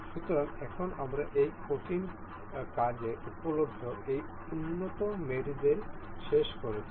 সুতরাং এখন আমরা এই কঠিন কাজে উপলব্ধ এই উন্নত মেটদের শেষ করেছি